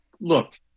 look